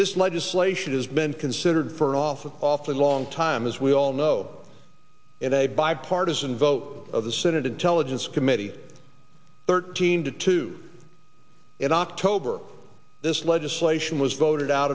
this legislation has been considered for an awful awful long time as we all know in a bipartisan vote of the senate intelligence committee thirteen to two in october this legislation was voted out